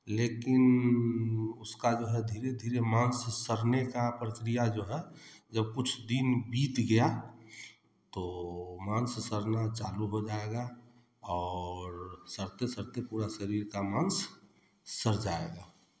लेकिन उसका जो है धीरे धीरे मांस सड़ने का प्रक्रिया जो है जब कुछ दिन बीत गया तो मांस सड़ना चालू हो जाएगा और सड़ते सड़ते पूरा शरीर का मांस सड़ जाएगा